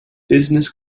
business